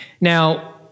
Now